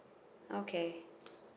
okay